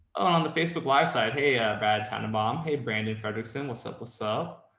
on the facebook live side, hey, a bad time to bomb. hey, brandon fredrickson with sickle cell.